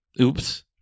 Oops